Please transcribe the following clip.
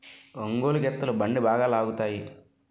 ఒంగోలు గిత్తలు బండి బాగా లాగుతాయి